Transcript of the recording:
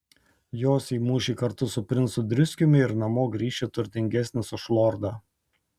josi į mūšį kartu su princu driskiumi ir namo grįši turtingesnis už lordą